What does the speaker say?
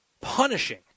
punishing